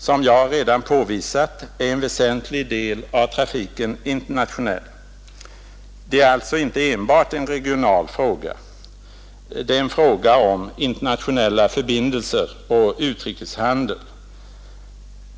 Som jag redan påvisat är en väsentlig del av trafiken internationell. Det är alltså inte enbart en regional fråga, det är en fråga om internationella förbindelser och utrikeshandel.